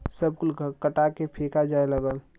सब कुल कटा के फेका जाए लगल